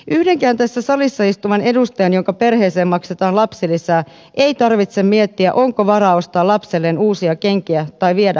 yhdenkään tässä salissa istuvan edustajan jonka perheeseen maksetaan lapsilisää ei tarvitse miettiä onko varaa ostaa lapsilleen uusia kenkiä tai viedä heitä harrastamaan